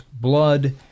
blood